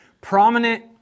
prominent